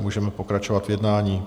Můžeme pokračovat v jednání.